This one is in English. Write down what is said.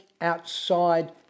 outside